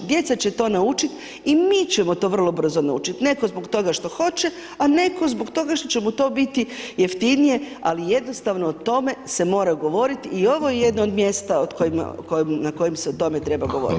Djeca će to naučit i mi ćemo to vrlo brzo naučit, netko zbog toga što hoće, a netko zbog toga što će mu to biti jeftinije, ali jednostavno o tome se mora govoriti i ovo je jedno od mjesta na kojem se o tome treba govoriti.